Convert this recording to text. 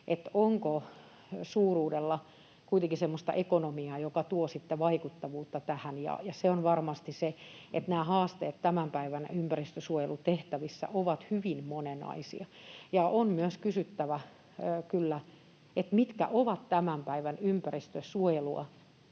onko suuruudella kuitenkin semmoista ekonomiaa, joka tuo sitten vaikuttavuutta tähän. Nämä haasteet tämän päivän ympäristönsuojelutehtävissä ovat hyvin moninaisia, ja on myös kysyttävä kyllä, mikä on tämän päivän ympäristönsuojelua,